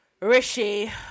Rishi